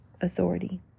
authority